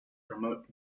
promote